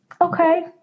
Okay